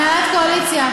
הנהלת הקואליציה,